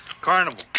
Carnival